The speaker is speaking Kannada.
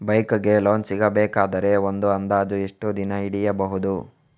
ಬೈಕ್ ಗೆ ಲೋನ್ ಸಿಗಬೇಕಾದರೆ ಒಂದು ಅಂದಾಜು ಎಷ್ಟು ದಿನ ಹಿಡಿಯಬಹುದು?